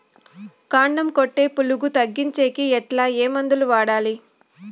కాండం కొట్టే పులుగు తగ్గించేకి ఎట్లా? ఏ మందులు వాడాలి?